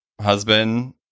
husband